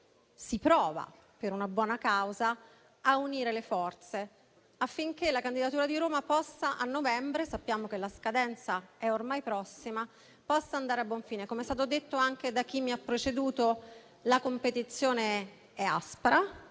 si prova, per una buona causa, a unire le forze affinché la candidatura di Roma possa a novembre - una scadenza ormai prossima - andare a buon fine. Come è stato detto anche da chi mi ha preceduto, la competizione è aspra,